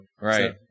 Right